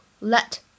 let